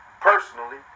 Personally